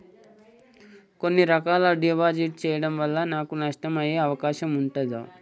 కొన్ని రకాల డిపాజిట్ చెయ్యడం వల్ల నాకు నష్టం అయ్యే అవకాశం ఉంటదా?